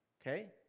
okay